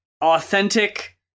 Authentic